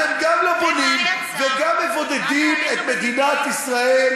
אתם גם לא בונים וגם מבודדים את מדינת ישראל,